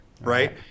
right